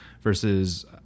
versus